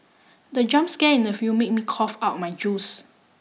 the jump scare in the film made me cough out my juice